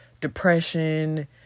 depression